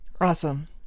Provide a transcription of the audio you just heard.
Awesome